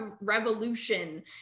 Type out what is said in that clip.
revolution